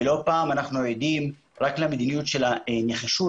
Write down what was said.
ולא פעם אנחנו עדים רק למדיניות של הנחישות,